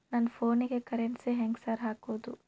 ನನ್ ಫೋನಿಗೆ ಕರೆನ್ಸಿ ಹೆಂಗ್ ಸಾರ್ ಹಾಕೋದ್?